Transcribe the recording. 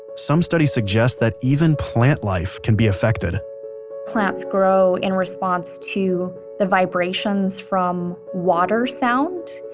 some studies suggest that even plant life can be affected plants grow in response to the vibrations from water sound.